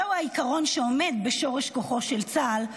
זהו העיקרון שעומד בשורש כוחו של צה"ל,